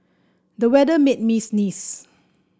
the weather made me sneeze